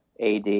AD